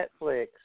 Netflix